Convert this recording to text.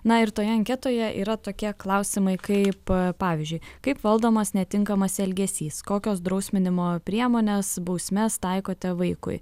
na ir toje anketoje yra tokie klausimai kaip pavyzdžiui kaip valdomas netinkamas elgesys kokios drausminimo priemonės bausmes taikote vaikui